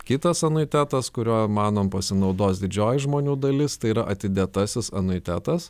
kitas anuitetas kurio manom pasinaudos didžioji žmonių dalis tai yra atidėtasis anuitetas